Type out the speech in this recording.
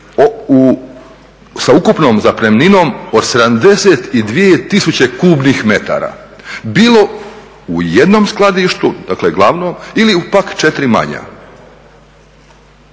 sa ukupnom zapremninom od 72000 kubnih metara bilo u jednom skladištu, dakle glavnom ili u pak četiri manja.